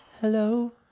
hello